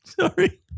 Sorry